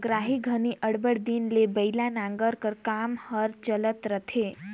नगराही घनी अब्बड़ दिन ले बइला नांगर कर काम हर चलत रहथे